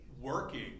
working